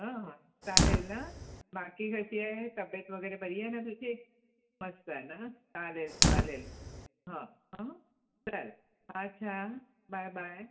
हां चालेल ना बाकी कशी आहे तब्येत वगैरे बरी आहे ना तुझी मस्त हं ना चालेल चालेल हां हां चालेल अच्छा बाय बाय